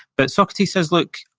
but socrates says look,